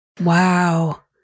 Wow